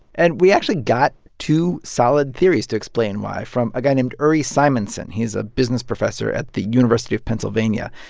and we actually got two solid theories to explain why from a guy named uri simonsohn. he is a business professor at the university of pennsylvania.